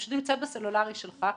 וכשהיא נמצאת בסלולרי שלך,